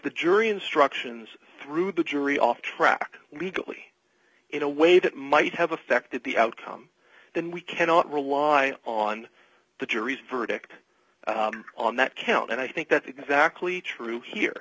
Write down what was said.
the jury instructions through the jury off track legally in a way that might have affected the outcome then we cannot rely on the jury's verdict on that count and i think that's exactly true here